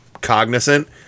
cognizant